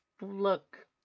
look